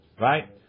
right